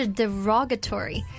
derogatory